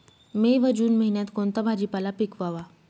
मे व जून महिन्यात कोणता भाजीपाला पिकवावा?